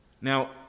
Now